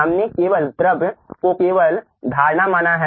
हमने केवल द्रव को केवल धारणा माना है